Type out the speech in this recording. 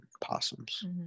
possums